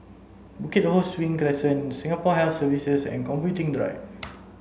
Bukit Ho Swee Crescent Singapore Health Services and Computing Drive